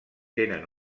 tenen